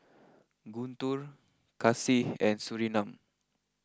Guntur Kasih and Surinam